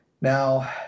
Now